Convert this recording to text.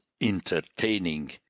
entertaining